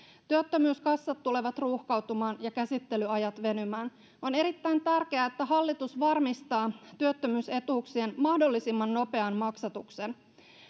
työttömyyskassat tulevat ruuhkautumaan ja käsittelyajat venymään on erittäin tärkeää että hallitus varmistaa työttömyysetuuksien mahdollisimman nopean maksatuksen